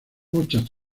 muchas